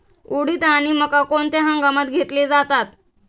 उडीद आणि मका कोणत्या हंगामात घेतले जातात?